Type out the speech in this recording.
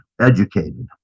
educated